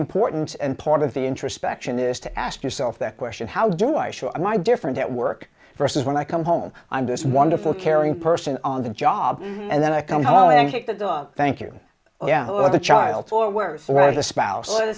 important and part of the introspection is to ask yourself that question how do i show am i different at work versus when i come home i'm this wonderful caring person on the job and then i come home and take the dog thank you for the child or worse for the spouse or the